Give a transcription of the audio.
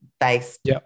based